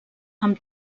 amb